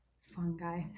fungi